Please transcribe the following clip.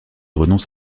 renonce